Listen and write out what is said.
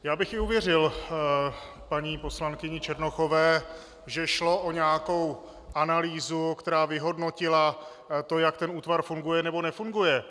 Já bych i uvěřil paní poslankyni Černochové, že šlo o nějakou analýzu, která vyhodnotila to, jak ten útvar funguje, nebo nefunguje.